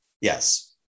yes